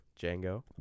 Django